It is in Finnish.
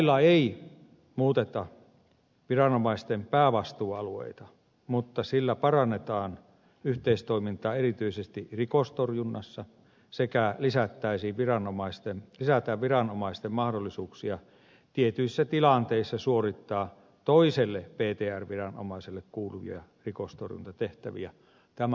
lailla ei muuteta viranomaisten päävastuualueita mutta sillä parannetaan yhteistoimintaa erityisesti rikostorjunnassa sekä lisätään viranomaisten mahdollisuuksia tietyissä tilanteissa suorittaa toiselle ptr viranomaiselle kuuluvia rikostorjuntatehtäviä tämän puolesta